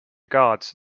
guards